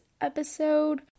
episode